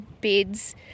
beds